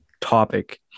topic